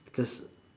because